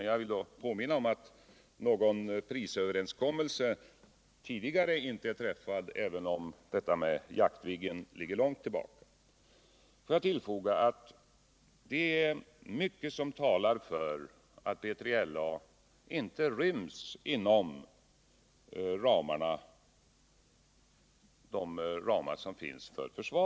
Jag vill då påminna om att någon prisöverenskommelse beträffande Jaktviggen tidigare inte har träffats, även om detta med Jaktviggen ligger långt tillbaka i tiden. Låt mig tillfoga att det är mycket som talar för att BJLA inte ryms inom ramarna för försvaret. Men det gör inte A 20 heller.